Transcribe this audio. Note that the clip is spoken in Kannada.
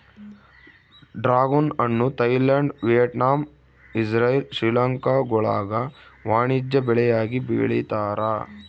ಡ್ರಾಗುನ್ ಹಣ್ಣು ಥೈಲ್ಯಾಂಡ್ ವಿಯೆಟ್ನಾಮ್ ಇಜ್ರೈಲ್ ಶ್ರೀಲಂಕಾಗುಳಾಗ ವಾಣಿಜ್ಯ ಬೆಳೆಯಾಗಿ ಬೆಳೀತಾರ